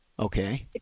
Okay